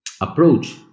approach